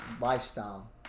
lifestyle